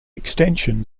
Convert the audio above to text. extension